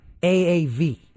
AAV